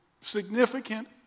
significant